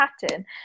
pattern